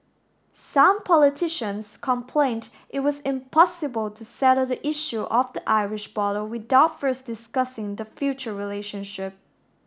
some politicians complained it was impossible to settle the issue of the Irish border without first discussing the future relationship